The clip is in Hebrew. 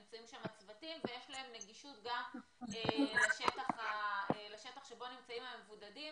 נמצאים שם צוותים ויש להם נגישות לשטח שבו נמצאים המבודדים